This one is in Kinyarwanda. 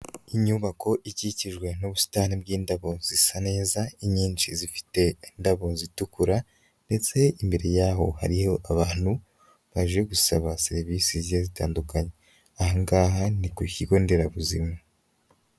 Inyubako ikikijwe n'ubusitani bw'indabo zisa neza, inyinshi zifite indabo zitukura ndetse imbere yaho hariho abantu baje gusaba serivisi zigiye zitandukanye, aha ngaha ni ku kigo nderabuzima.